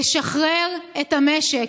לשחרר את המשק.